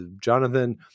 Jonathan